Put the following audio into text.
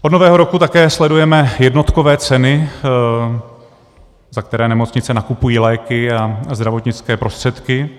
Od Nového roku také sledujeme jednotkové ceny, za které nemocnice nakupují léky a zdravotnické prostředky.